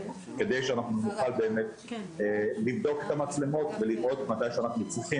כדי שנוכל לבדוק את המצלמות ולבדוק מתי שאנחנו צריכים,